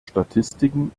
statistiken